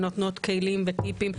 ונותנות כלים וטיפים,